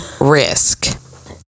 risk